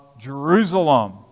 Jerusalem